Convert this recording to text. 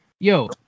Yo